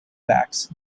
backs